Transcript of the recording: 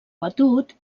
batut